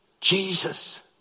Jesus